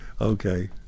Okay